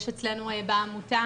יש אצלנו בעמותה